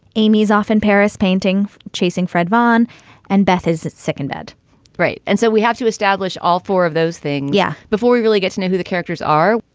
amy's off in paris painting chasing fred von and beth has its second bed right. and so we have to establish all four of those thing. yeah. before we really get to know who the characters are.